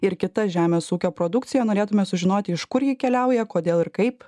ir kita žemės ūkio produkcija norėtume sužinoti iš kur ji keliauja kodėl ir kaip